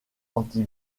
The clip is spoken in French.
anti